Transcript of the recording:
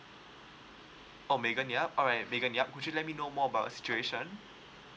oh megan yap alright megan yap could you let me know more about the situation